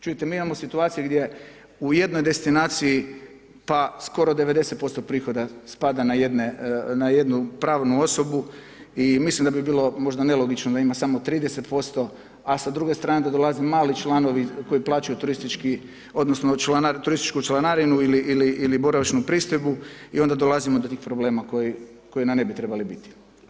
Čujte mi imamo situaciju gdje u jednoj destinaciji pa skoro 90% prihoda spada na jedne, na jednu pravnu osobu i mislim da bi bilo nelogično da ima samo 30%, a sa druge strane da dolaze mali članovi koji plaćaju turistički, odnosno turističku članarinu ili boravišnu pristojbu i onda dolazimo do tih problema koji nam ne bi trebali biti.